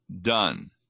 done